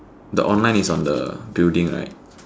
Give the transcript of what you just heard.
the online is on the building right